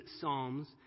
psalms